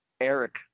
Eric